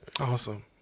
Awesome